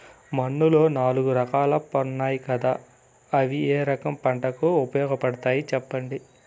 మన్నులో నాలుగు రకాలు ఉన్నాయి కదా అవి ఏ రకం పంటలకు ఉపయోగపడతాయి చెప్పండి?